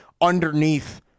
underneath